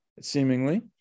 seemingly